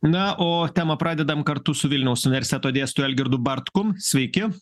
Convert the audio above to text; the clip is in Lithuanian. na o temą pradedam kartu su vilniaus universiteto dėstytoju algirdu bartkum sveiki